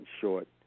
short